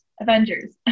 Avengers